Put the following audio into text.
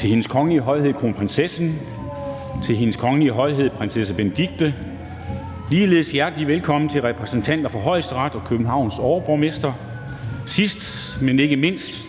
til Hendes Kongelige Højhed Kronprinsessen og til Hendes Kongelige Højhed Prinsesse Benedikte. Ligeledes hjertelig velkommen til repræsentanterne for Højesteret og til Københavns overborgmester. Sidst, men ikke mindst